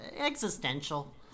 existential